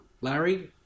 Larry